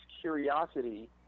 curiosity